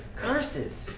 curses